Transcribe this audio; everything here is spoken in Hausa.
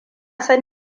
son